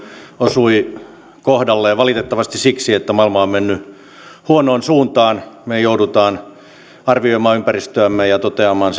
osui kohdalle valitettavasti siksi että maailma on mennyt huonoon suuntaan me joudumme arvioimaan ympäristöämme ja toteamaan